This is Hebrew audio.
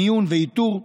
מיון ואיתור.